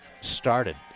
started